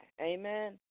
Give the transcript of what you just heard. Amen